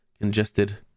congested